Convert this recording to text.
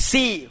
See